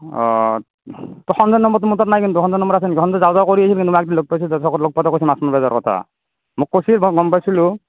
অঁ ত' সঞ্জয়ৰ নাম্বাৰটো মোৰ তাত নাই কিন্তু সঞ্জয়ৰ নাম্বাৰ আছে নেকি সঞ্জয় যাওঁ যাওঁ কৰি আছিলে কিন্তু মই একদিন লগ পাইছোঁ কিন্তু চকত লগ পাওঁতে কৈছে মাছ মাৰিব যোৱাৰ কথা মোক কৈছিল মই গম পাইছিলোঁ